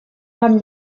haben